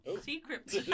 secret